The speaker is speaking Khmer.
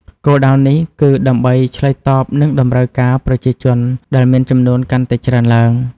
គោលដៅនេះគឺដើម្បីឆ្លើយតបនឹងតម្រូវការប្រជាជនដែលមានចំនួនកាន់តែច្រើនឡើង។